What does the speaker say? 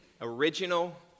original